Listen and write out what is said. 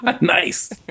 Nice